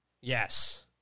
Yes